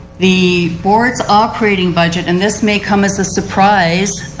the board's operating budget and this may come as a surprise,